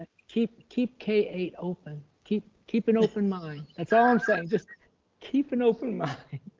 keep keep k eight open. keep keep an open mind, that's all i'm saying just keep an open mind.